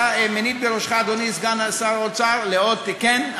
אתה מניד בראשך, אדוני סגן שר האוצר, לאות כן?